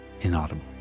inaudible